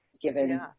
given